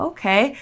Okay